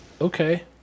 Okay